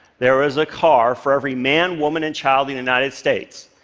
there was a car for every man, woman and child in the united states.